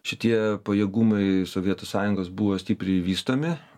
šitie pajėgumai sovietų sąjungos buvo stipriai vystomi